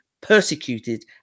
persecuted